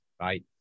right